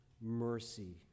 mercy